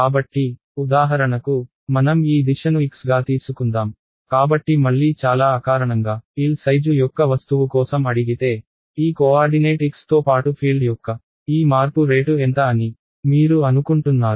కాబట్టి ఉదాహరణకు మనం ఈ దిశను x గా తీసుకుందాం కాబట్టి మళ్లీ చాలా అకారణంగా L సైజు యొక్క వస్తువు కోసం అడిగితే ఈ కోఆర్డినేట్ x తో పాటు ఫీల్డ్ యొక్క ఈ మార్పు రేటు ఎంత అని మీరు అనుకుంటున్నారు